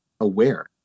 aware